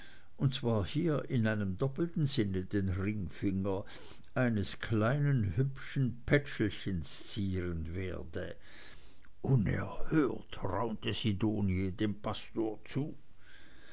und zwar hier in einem doppelten sinne den ringfinger eines kleinen hübschen pätschelchens zieren werde unerhört raunte sidonie dem pastor zu